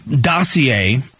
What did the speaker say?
dossier